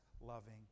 loving